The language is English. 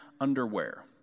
underwear